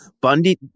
Bundy